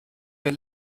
mir